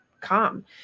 calm